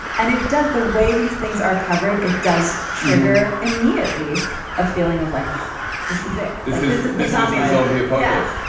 and it does the way these things are covered. it does trigger in me at least a feeling of like this is it this is this is the zombie zombie apocalypse.